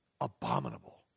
Abominable